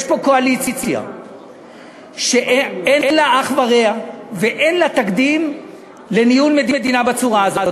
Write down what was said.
יש פה קואליציה שאין לה אח ורע ואין לה תקדים בניהול מדינה בצורה הזאת.